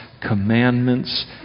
commandments